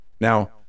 now